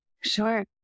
Sure